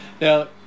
Now